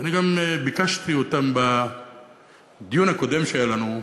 ואני גם ביקשתי מהם בדיון הקודם שהיה לנו,